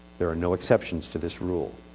there are no exceptions to this rule.